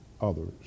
others